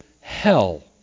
hell